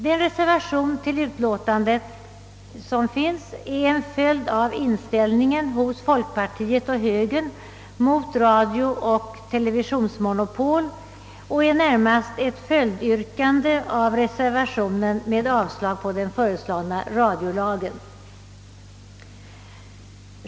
Den reservation som fogats till utskottets utlåtande är en följd av folkpartiets och högerns inställning mot radiooch televisionsmonopol, och den innehåller närmast ett följdyrkande till den reservation i vilken yrkas avslag på den föreslagna radiolagen.